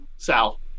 Sal